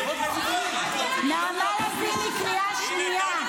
נעמה לזימי, קריאה שנייה.